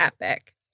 epic